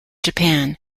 japan